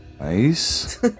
Nice